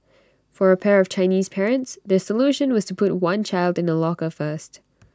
for A pair of Chinese parents their solution was to put one child in A locker first